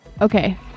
Okay